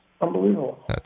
unbelievable